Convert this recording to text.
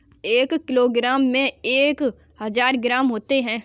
एक किलोग्राम में एक हजार ग्राम होते हैं